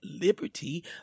Liberty